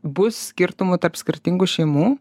bus skirtumų tarp skirtingų šeimų